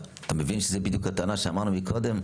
אתה מבין שזאת בדיוק הטענה שאמרנו קודם,